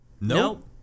nope